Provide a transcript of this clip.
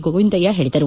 ಗೋವಿಂದಯ್ಯ ಹೇಳಿದರು